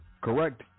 Correct